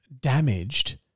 damaged